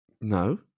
No